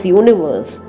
universe